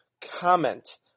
comment